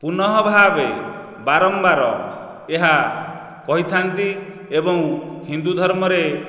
ପୁନଃ ଭାବେ ବାରମ୍ବାର ଏହା କହିଥାଆନ୍ତି ଏବଂ ହିନ୍ଦୁ ଧର୍ମରେ